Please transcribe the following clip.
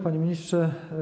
Panie Ministrze!